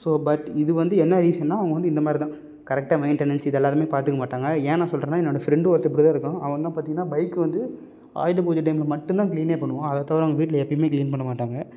so but இது வந்து என்ன ரீசன்னால் அவங்க வந்து இந்தமாதிரி தான் கரெக்டாக மெயின்டனன்ஸ் இது எல்லோருமே பார்த்துக்க மாட்டாங்க ஏன் நான் சொல்றேன்னால் என்னோடய ஃப்ரெண்டு ஒருத்தன் இப்படிதான் இருப்பான் அவன் தான் பார்த்திங்கன்னா பைக்கு வந்து ஆயுத பூஜை டைமில் மட்டுந்தான் க்ளீனே பண்ணுவான் அதை தவிர அவங்க வீட்டில் எப்போயுமே க்ளீன் பண்ண மாட்டாங்க